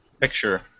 picture